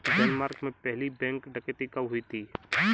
Denmark में पहली bank डकैती कब हुई थी?